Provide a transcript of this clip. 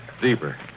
deeper